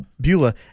Beulah